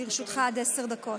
לרשותך עד עשר דקות,